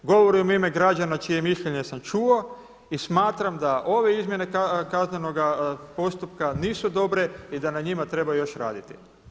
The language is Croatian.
Govorim u ime građana čije mišljenje sam čuo i smatram da ove izmjene kaznenoga postupka nisu dobre i da na njima treba još raditi.